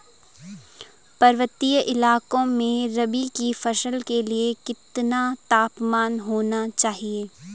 पर्वतीय इलाकों में रबी की फसल के लिए कितना तापमान होना चाहिए?